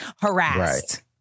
harassed